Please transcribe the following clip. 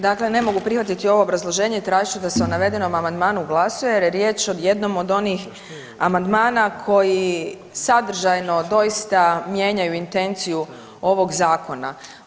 Dakle ne mogu prihvatiti ovo obrazloženje i tražit ću da se o navedenom amandmanu glasuje jer je riječ o jednom od onih amandmana koji sadržano doista mijenjaju intenciju ovog Zakona.